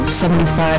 75